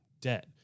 debt